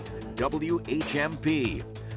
WHMP